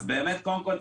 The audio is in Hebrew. קודם כול,